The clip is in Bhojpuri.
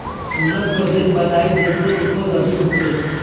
उन्नत प्रभेद बताई जेसे उपज अधिक होखे?